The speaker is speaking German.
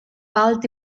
bald